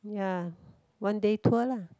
ya one day tour lah